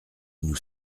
nous